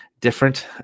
different